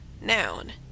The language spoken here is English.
Noun